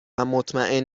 مطمئن